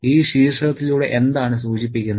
ഈ ശീർഷകത്തിലൂടെ എന്താണ് സൂചിപ്പിക്കുന്നത്